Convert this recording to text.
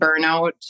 burnout